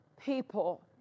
people